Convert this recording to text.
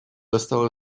достал